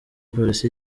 polisi